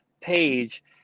page